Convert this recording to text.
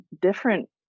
different